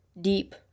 deep